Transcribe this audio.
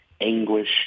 anguish